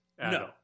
No